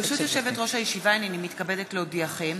ברשות יושבת-ראש הישיבה, הנני מתכבדת להודיעכם,